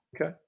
Okay